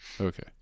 Okay